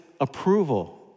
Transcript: approval